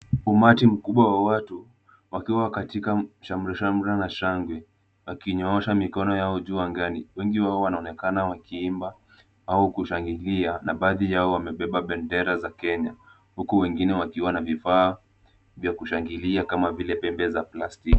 Umati mkubwa wa watu wakiwa katika shamrashamra na shangwe, wakinyoosha mikono yao juu angani. Wengi wao wanaonekana wakiimba au kushangilia na baadhi yao wamebeba bendera za Kenya huku wengine wakiwa na vifaa vya kushangilia kama vile pembe za plastiki.